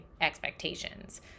expectations